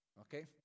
Okay